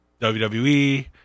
WWE